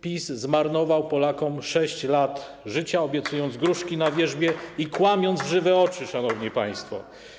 PiS zmarnował Polakom 6 lat życia, obiecując gruszki na wierzbie i kłamiąc w żywe oczy, szanowni państwo.